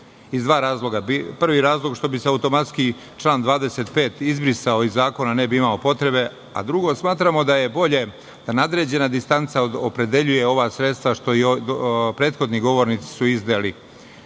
iz dva razloga. Prvi razlog, što bi se automatski član 25. izbrisao iz zakona, ne bi bilo potrebe za njim. Drugo, smatramo da je bolje da nadređena distanca opredeljuje ova sredstva što su prethodni govornici izneli. Mislim